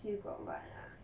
still got what ah